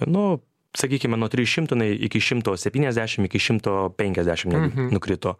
nu sakykime nuo trijų šimtų inai iki šimto septyniasdešimt iki šimto penkiasdešimt nu nukrito